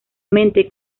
mente